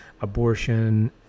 abortion